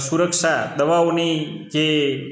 સુરક્ષા સવાઓની જે